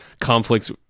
conflicts